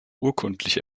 urkundlich